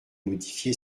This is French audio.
modifié